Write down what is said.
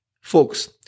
Folks